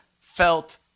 felt